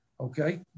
Okay